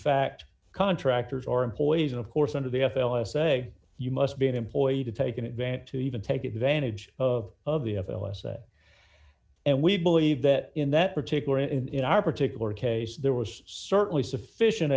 fact contractors or employees and of course under the f l i say you must be an employee to take an advantage to even take advantage of of the of o s a and we believe that in that particular in our particular case there was certainly sufficient